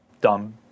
dumb